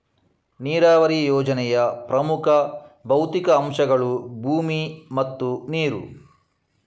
ನೀರಾವರಿ ಯೋಜನೆಯ ಪ್ರಮುಖ ಭೌತಿಕ ಅಂಶಗಳು ಭೂಮಿ ಮತ್ತು ನೀರು